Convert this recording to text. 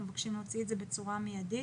מבקשים להוציא את זה בצורה מיידית.